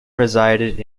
resided